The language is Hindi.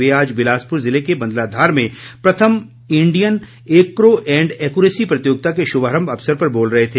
वे आज बिलासपुर ज़िले के बंदला धार में प्रथम इंडियन एको एण्ड एकुरेसी प्रतियोगिता के शुभारम्भ अवसर पर बोल रहे थे